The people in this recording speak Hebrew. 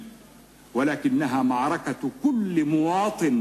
להלן תרגום הדברים